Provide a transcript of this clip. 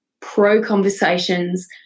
pro-conversations